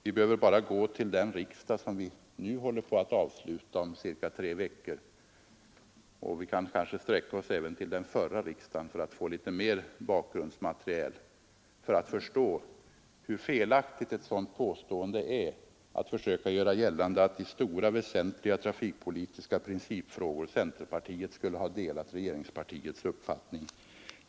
Vi behöver bara gå till den riksdag som vi nu skall avsluta om ca tre veckor — vi kan kanske sträcka oss även till den förra riksdagen för att få litet mer bakgrunds 2ö'HJveniber/ 1972 material — för att förstå hur felaktigt påståendet är att centerpartiet i —— stora, väsentliga trafikpolitiska principfrågor skulle ha delat regerings Den statliga trafikpartiets uppfattning.